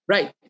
Right